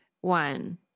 one